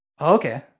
Okay